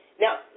Now